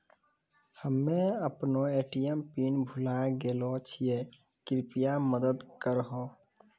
हम्मे अपनो ATM pin भुलाय गेलो छियै, कृपया मदत करहो